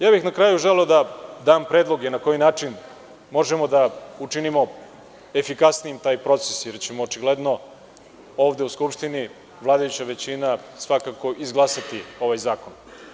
Na kraju bih želeo da dam predloge na koji način možemo da učinimo efikasnijim taj proces, jer ćemo očigledno ovde u Skupštini, vladajuća većina, svakako izglasati ovaj zakon.